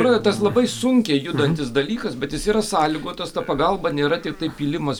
yra tas labai sunkiai judantis dalykas bet jis yra sąlygotas to pagalba nėra tiktai pylimas